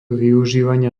využívania